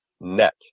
net